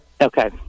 Okay